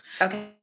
Okay